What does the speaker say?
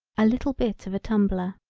a little bit of a tumbler.